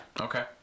Okay